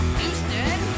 Houston